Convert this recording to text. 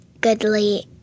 goodly